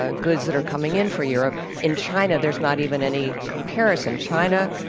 ah goods that are coming in for europe. in china, there's not even any comparison. china,